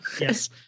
Yes